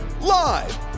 Live